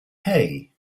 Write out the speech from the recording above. hey